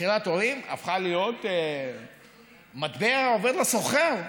בחירת הורים הפכה להיות מטבע עובר לסוחר,